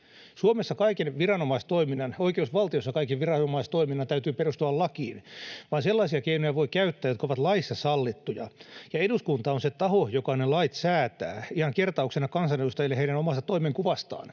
oikeusvaltiossa kaiken viranomaistoiminnan, täytyy perustua lakiin. Vain sellaisia keinoja voi käyttää, jotka ovat laissa sallittuja. Eduskunta on se taho, joka ne lait säätää. Ihan kertauksena kansanedustajille heidän omasta toimenkuvastaan: